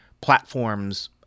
platforms